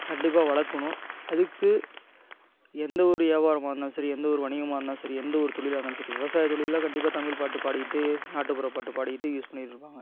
கண்டிப்பாக வளர்க்கணும் அதுக்கு எந்தவொரு வியாபாரமாக இருந்தாலும் சரி எந்தவொரு வணிகமாக இருந்தாலும் சரி எந்தவொரு தொழிலாக இருந்தாலும் சரி விவசாய தொழிலில் கண்டிப்பாக தமிழ் பாட்டுப் பாடிக்கிட்டு நாட்டுப்புறப் பாட்டுப் பாடிக்கிட்டு யூஸ் பண்ணிகிட்டுருப்பாங்க